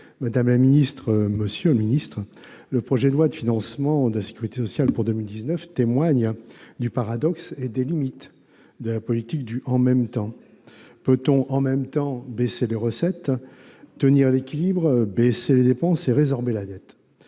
incapables. » Quoi qu'il en soit, le projet de loi de financement de la sécurité sociale pour 2019 témoigne du paradoxe et des limites de la politique du « en même temps ». Peut-on en même temps baisser les recettes et tenir l'équilibre, baisser les dépenses et résorber la dette ?